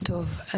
טוב,